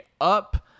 up